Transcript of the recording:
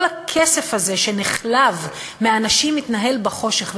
כל הכסף הזה שנחלב מאנשים, מתנהל בחושך.